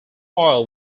oil